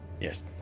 Yes